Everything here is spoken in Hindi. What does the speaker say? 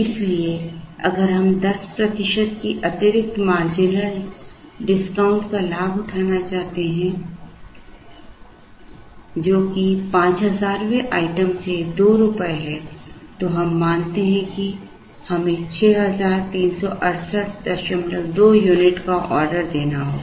इसलिए अगर हम 10 प्रतिशत की अतिरिक्त मार्जिनल डिस्काउंट का लाभ उठाना चाहते हैं जो कि 5000 वें आइटम से 2 रुपये है तो हम मानते हैं कि हमें 63682 यूनिट का ऑर्डर देना होगा